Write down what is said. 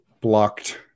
blocked